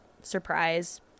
Surprise